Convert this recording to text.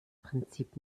prinzip